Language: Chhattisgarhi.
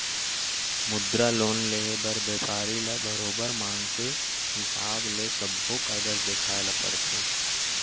मुद्रा लोन लेहे बर बेपारी ल बरोबर मांग के हिसाब ले सब्बो कागज देखाए ल परथे